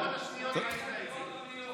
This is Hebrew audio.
עד שלוש דקות לרשותך, בבקשה, אדוני.